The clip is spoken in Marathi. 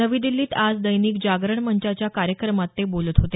नवी दिल्लीत आज दैनिक जागरण मंचाच्या कार्यक्रमात ते बोलत होते